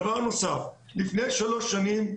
דבר נוסף לפני שלוש שנים,